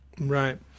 Right